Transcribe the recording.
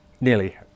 Nearly